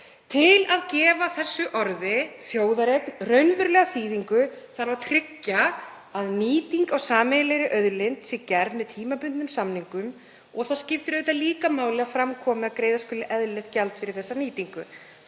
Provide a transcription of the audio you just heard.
Til að gefa þessu orði þjóðareign raunverulega þýðingu þarf að tryggja að nýting á sameiginlegri auðlind sé gerð með tímabundnum samningum og það skiptir auðvitað líka máli að fram komi að greiða skuli eðlilegt gjald fyrir þessa nýtingu.